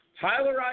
Tyler